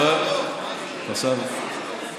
אני חייב לשכנע את איימן עודה.